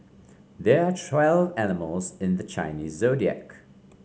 there are twelve animals in the Chinese Zodiac